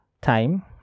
time